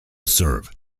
serve